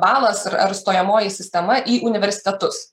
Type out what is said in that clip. balas ar stojamoji sistema į universitetus